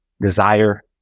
desire